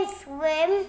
swim